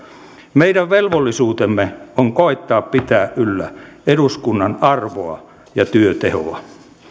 meidän velvollisuutemme on koettaa pitää yllä eduskunnan arvoa ja työtehoa